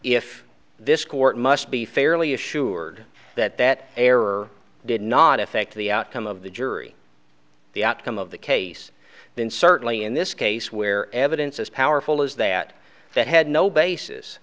if this court must be fairly assured that that error did not affect the outcome of the jury the outcome of the case then certainly in this case where evidence as powerful as that that had no